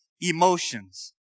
emotions